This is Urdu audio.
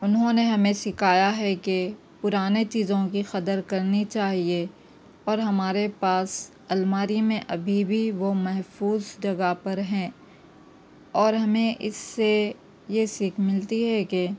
انہوں نے ہمیں سکھایا ہے کہ پرانے چیزوں کی قدر کرنی چاہیے اور ہمارے پاس الماری میں ابھی بھی وہ محفوظ جگہ پر ہیں اور ہمیں اس سے یہ سیکھ ملتی ہے کہ